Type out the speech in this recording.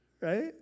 Right